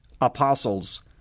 apostles